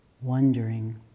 Wondering